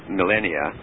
millennia